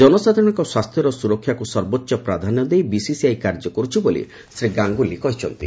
ଜନସାଧାରଣଙ୍କ ସ୍ୱାସ୍ଥ୍ୟର ସୁରକ୍ଷାକୁ ସର୍ବୋଚ୍ଚ ପ୍ରାଧାନ୍ୟ ଦେଇ ବିସିସିଆଇ କାର୍ଯ୍ୟ କରୁଛି ବୋଲି ଶ୍ରୀ ଗାଙ୍ଗୁଲି କହିଛନ୍ତି